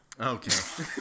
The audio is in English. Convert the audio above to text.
Okay